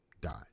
died